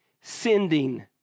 sending